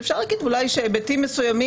שעל חלקם לפחות אפשר להגיד שאולי היבטים מסוימים